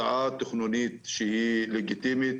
הצעה תכנונית לגיטימית